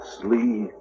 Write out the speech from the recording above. Sleep